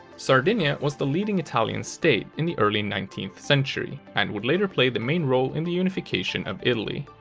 sardinia was the leading italian state in the early nineteenth century, and would later play the main role in the unification of italy.